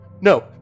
no